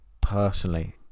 personally